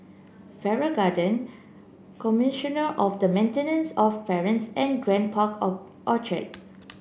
Farrer Garden Commissioner of the Maintenance of Parents and Grand Park Orchard